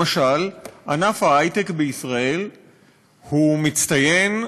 למשל, ענף ההיי-טק בישראל הוא מצטיין,